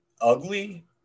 ugly